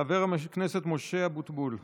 חבר הכנסת משה אבוטבול,